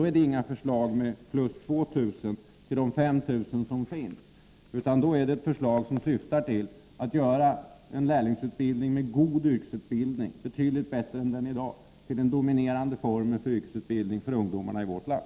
Då blir det inte fråga om 2 000 platser till de 5 000 som redan finns, utan förslaget kommer att syfta till att skapa en lärlingsutbildning med betydligt bättre yrkesutbild ning än den vi har i dag. Det skall bli den dominerande formen för yrkesutbildning för ungdomarna i vårt land.